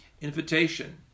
invitation